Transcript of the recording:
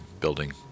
building